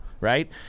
right